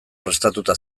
prestatuta